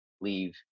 leave